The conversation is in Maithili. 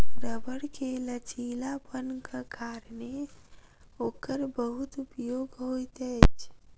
रबड़ के लचीलापनक कारणेँ ओकर बहुत उपयोग होइत अछि